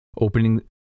opening